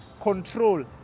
control